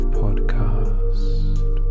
podcast